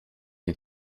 den